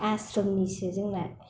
आश्र'मनिसो जोंना